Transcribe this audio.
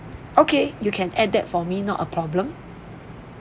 okay you can add that for me not a problem